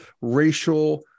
racial